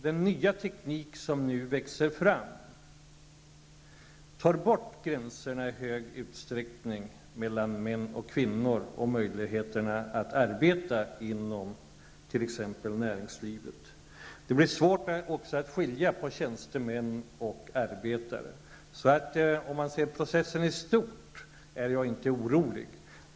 Den nya teknik som nu växer fram tar i hög grad bort gränserna mellan mäns och kvinnors möjligheter att arbeta inom t.ex. näringslivet. Det blir också svårt att skilja på tjänstemän och arbetare. Om man ser processen i stort är jag inte orolig.